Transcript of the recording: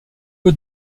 peu